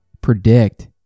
predict